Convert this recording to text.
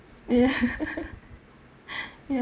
ya ya